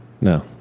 No